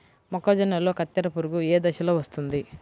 మొక్కజొన్నలో కత్తెర పురుగు ఏ దశలో వస్తుంది?